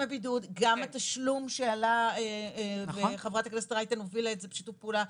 גם התשלום שעלה וחברת הכנסת רייטן הובילה את זה בשיתוף פעולה,